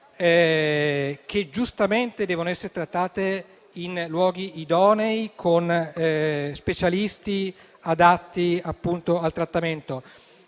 che giustamente devono essere trattate in luoghi idonei, con specialisti adatti al trattamento.